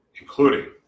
including